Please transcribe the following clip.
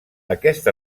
aquesta